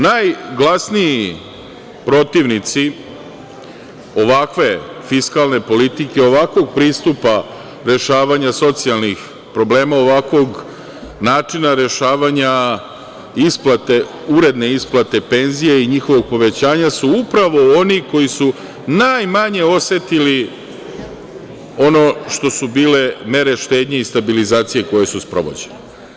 Najglasniji protivnici ovakve fiskalne politike, ovakvog pristupa rešavanja socijalnih problema, ovakvog načina rešavanja isplate, uredne isplate penzija i njihovog povećanja su upravo oni koji su najmanje osetili ono što su bile mere štednje i stabilizacije koje su sprovođene.